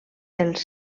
els